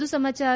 વધુ સમાચાર